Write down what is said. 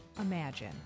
imagine